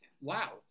Wow